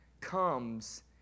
comes